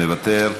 מוותר,